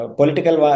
political